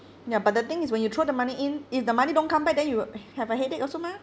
ya but the thing is when you throw the money in if the money don't come back then you will have a headache also mah